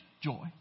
joy